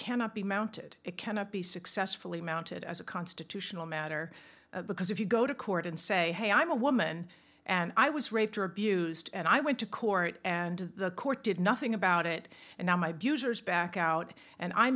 cannot be mounted it cannot be successfully mounted as a constitutional matter because if you go to court and say hey i'm a woman and i was raped or abused and i went to court and the court did nothing about it and now my views are back out and i